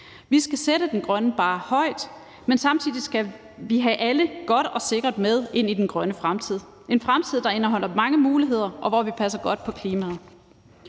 Vi skal sætte den grønne barre højt, men samtidig skal vi have alle godt og sikkert med ind i den grønne fremtid, en fremtid, der indeholder mange muligheder, og hvor vi passer godt på klimaet.